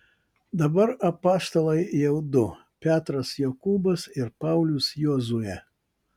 dabar apaštalai jau du petras jokūbas ir paulius jozuė